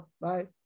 Bye